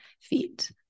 feet